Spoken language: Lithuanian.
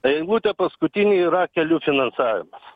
eilutė paskutinė yra kelių finansavimas